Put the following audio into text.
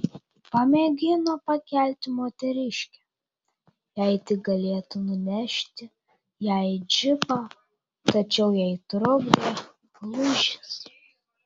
pamėgino pakelti moteriškę jei tik galėtų nunešti ją į džipą tačiau jai trukdė lūžis